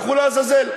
לכו לעזאזל.